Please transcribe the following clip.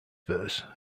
verse